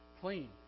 clean